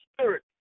spirit